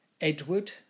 Edward